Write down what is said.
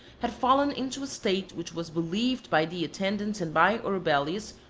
had fallen into a state which was believed by the attendants and by orubelius,